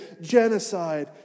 genocide